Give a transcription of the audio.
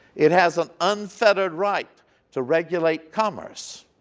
it has an unfettered right to regulate commerce.